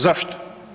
Zašto?